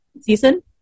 season